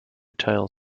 tailed